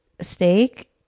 steak